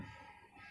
hmm